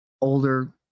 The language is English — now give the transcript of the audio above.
older